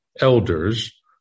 elders